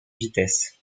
vitesse